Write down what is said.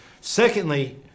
Secondly